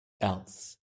else